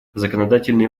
законодательные